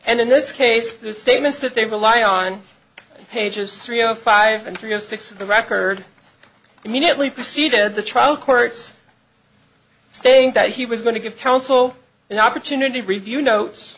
and in this case their statements that they rely on pages three o five and three of six of the record immediately preceded the trial court's stating that he was going to give counsel an opportunity to review notes